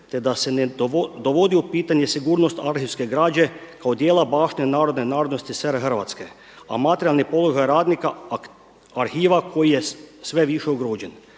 te da se ne dovodi u pitanje sigurnost arhivske građe kao dijela baštine Narodne Narodnosti RH Hrvatske a materijalni položaj radnika, arhiva koji je sve više ugrožen.